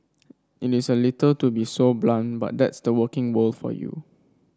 a little to be so blunt but that's the working world for you